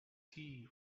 tea